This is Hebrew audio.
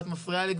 ואת מפריעה לי,